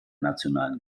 nationalen